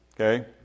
okay